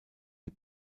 die